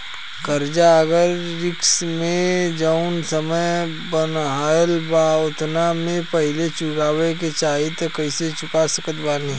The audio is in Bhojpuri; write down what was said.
कर्जा अगर किश्त मे जऊन समय बनहाएल बा ओतना से पहिले चुकावे के चाहीं त कइसे चुका सकत बानी?